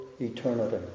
eternity